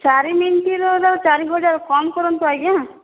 ଚାରି ମିଣ୍ଟିରର ଚାରି ହଜାର କମ୍ କରନ୍ତୁ ଆଜ୍ଞା